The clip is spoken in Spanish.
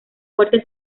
fuertes